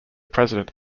president